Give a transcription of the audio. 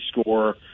score